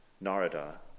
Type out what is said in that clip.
Narada